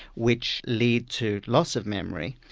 which lead to loss of memory.